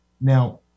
Now